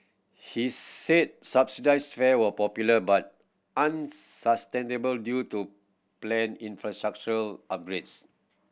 he said subsidised fare were popular but unsustainable due to planned infrastructural upgrades